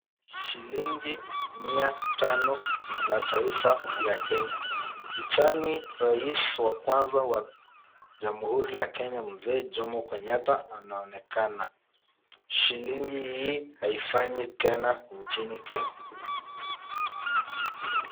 Shilingi mia tano la taifa ya Kenya .Pichani rais wa kwanza wa jamhuri la Kenya, mzee Jomo Kenyatta anaonekana. Shilingi hii haifanyi tena nchini Kenya.